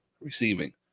receiving